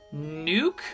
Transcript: Nuke